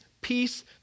peace